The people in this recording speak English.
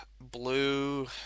Blue